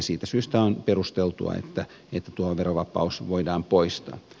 siitä syystä on perusteltua että tuo verovapaus voidaan poistaa